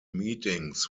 meetings